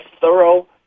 thorough